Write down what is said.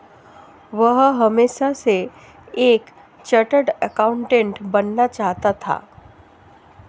वह हमेशा से एक चार्टर्ड एकाउंटेंट बनना चाहता था